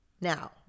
now